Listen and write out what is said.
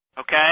Okay